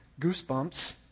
goosebumps